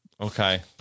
Okay